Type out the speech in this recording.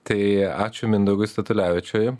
tai ačiū mindaugui statulevičiui